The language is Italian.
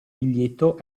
biglietto